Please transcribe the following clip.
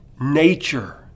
nature